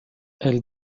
elle